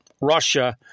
Russia